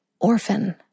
orphan